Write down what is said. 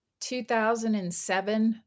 2007